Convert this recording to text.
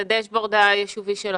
את הדש-בורד היישובי שלכם.